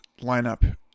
lineup